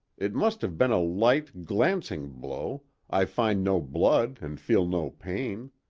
it must have been a light, glancing blow i find no blood and feel no pain.